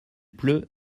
pleut